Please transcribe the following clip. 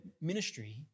ministry